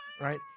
right